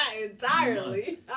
Entirely